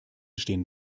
stehen